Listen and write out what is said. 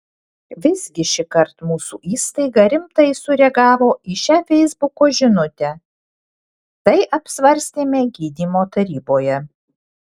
visgi šįkart mūsų įstaiga rimtai sureagavo į šią feisbuko žinutę tai apsvarstėme gydymo taryboje